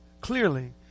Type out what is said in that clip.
clearly